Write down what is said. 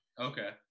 Okay